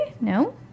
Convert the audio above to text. No